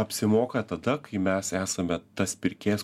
apsimoka tada kai mes esame tas pirkėjas